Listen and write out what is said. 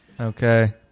Okay